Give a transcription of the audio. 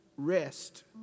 rest